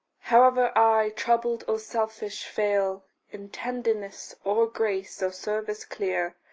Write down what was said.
however i, troubled or selfish, fail in tenderness, or grace, or service clear,